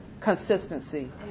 Consistency